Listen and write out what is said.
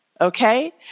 okay